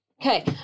okay